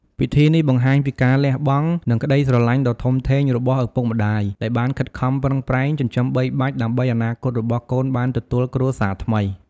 ពិធីនេះបង្ហាញពីការលះបង់ និងក្តីស្រឡាញ់ដ៏ធំធេងរបស់ឪពុកម្តាយ ដែលបានខិតខំប្រឹងប្រែង ចិញ្ចឹមបីបាច់ ដើម្បីអនាគតរបស់កូនបានទទួលគ្រួសារថ្មី។